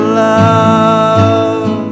love